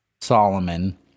Solomon